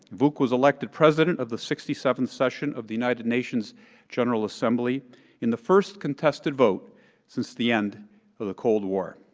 vuk was elected president of the sixty seventh session of the united nations general assembly in the first contested vote since the end of the cold war,